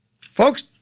Folks